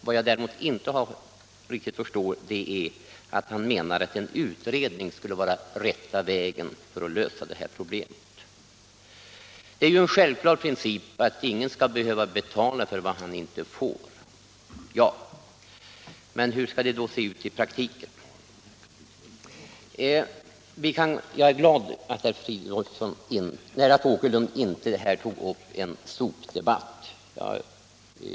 Vad jag däremot inte riktigt förstår är att en utredning skulle vara rätta vägen att lösa de här problemen. Det är en självklar princip att ingen skall behöva betala för det han inte får. Men hur skall det se ut i praktiken? Jag är glad att herr Åkerlind inte tog upp en sopdebatt.